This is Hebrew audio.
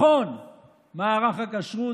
לעשות דברים ביחד,